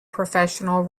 professional